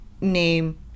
name